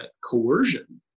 coercion